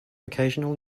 occasional